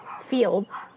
fields